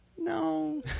No